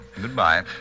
Goodbye